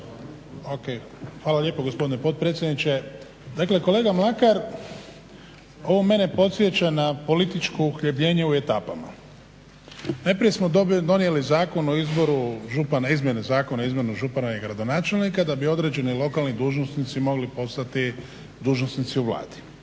Hvala lijepo gospodine potpredsjedniče. Dakle, kolega Mlakar ovo mene podsjeća na političko uhljebljenje u etapama. Najprije smo donijeli izmjene Zakona o izboru župana i gradonačelnika da bi određeni lokalni dužnosnici mogli postati dužnosnici u Vladi.